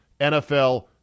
NFL